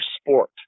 sport